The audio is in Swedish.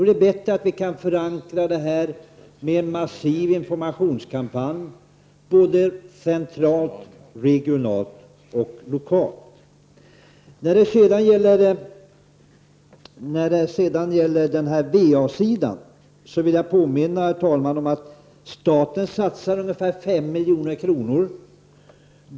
Det är bättre att förankra detta med en massiv informationskampanj, centralt, regionalt och lokalt. Jag vill påminna om att staten satsar ungefär 5 milj.kr. på VA-sidan.